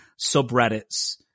subreddits